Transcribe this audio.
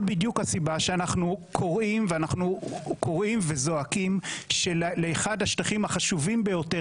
בדיוק הסיבה שאנחנו קוראים וזועקים שלאחד השטחים החשובים ביותר